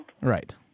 Right